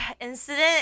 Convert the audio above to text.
incident